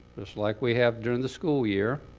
just like we have during the school year.